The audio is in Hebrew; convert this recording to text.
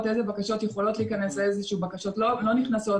איזה בקשות יכולות להיכנס ואיזה בקשות לא נכנסות,